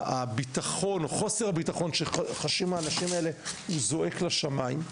חוסר הביטחון שחשים האנשים האלה זועק לשמיים.